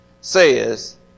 says